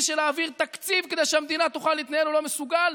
של להעביר תקציב כדי שהמדינה תוכל להתנהל הוא לא מסוגל,